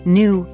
new